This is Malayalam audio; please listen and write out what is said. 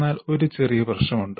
എന്നാൽ ഒരു ചെറിയ പ്രശ്നമുണ്ട്